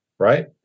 right